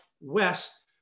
west